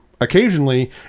occasionally